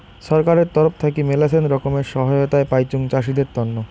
ছরকারের তরফ থাকি মেলাছেন রকমের সহায়তায় পাইচুং চাষীদের তন্ন